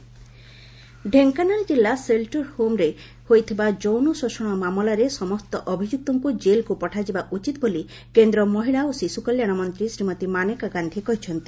ମାନେକା ଓଡିଶା ଢେଙ୍କାନାଳ ଜିଲ୍ଲା ସେଲ୍ଟର ହୋମରେ ହୋଇଥିବା ଯୌନ ଶୋଷଣ ମାମଲାରେ ସମସ୍ତ ଅଭିଯୁକ୍ତଙ୍କୁ ଜେଲକୁ ପଠାଯିବା ଉଚିତ ବୋଲି କେନ୍ଦ୍ର ମହିଳା ଓ ଶିଶୁ କଲ୍ୟାଣ ମନ୍ତ୍ରୀ ଶ୍ରୀମତୀ ମାନେକା ଗାନ୍ଧୀ କହିଛନ୍ତି